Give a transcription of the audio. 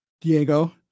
Diego